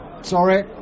Sorry